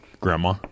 Grandma